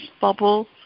bubble